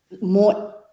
more